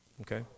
okay